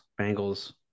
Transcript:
Bengals